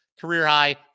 Career-high